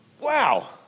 Wow